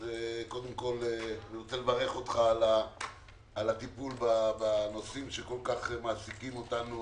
קודם כל אני רוצה לברך אותך על ההתעסקות בנושאים שכל כך מעסיקים אותנו,